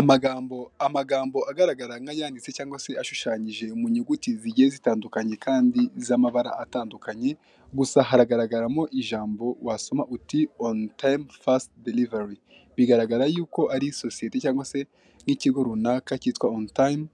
Amagambo, amagambo agaragara nk'ayanditse cyangwa se ashushanyije mu nyuguti zigiye zitandukanye kandi z'amabara atandukanye, gusa haragaragaramo ijambo wasoma uti onu tamu fasiti derivari. Bigaragara yuko ari sosiyeti cyangwa se nk'ikigo runaka cyitwa onu tayimu